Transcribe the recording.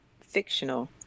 fictional